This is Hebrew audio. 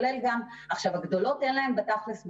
לגדולות אין בתכלס בעיה,